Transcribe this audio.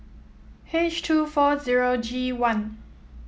H two four zero G one